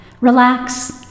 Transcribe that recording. relax